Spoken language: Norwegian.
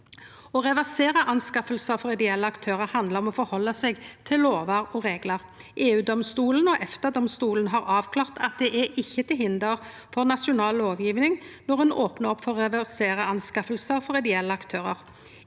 Å reservera anskaffingar for ideelle aktørar handlar om å forhalda seg til lovar og reglar. EU-domstolen og EFTA-domstolen har avklart at det ikkje er til hinder for nasjonal lovgjeving når ein opnar for å reservera anskaffingar for ideelle aktørar.